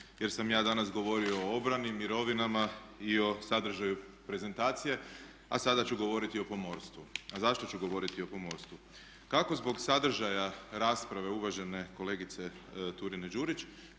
jer sam ja danas govorio o obrani, mirovinama i o sadržaju prezentacije, a sada ću govoriti o pomorstvu. A zašto ću govoriti o pomorstvu? Kako zbog sadržaja rasprave uvažene kolegice Turine Đurić,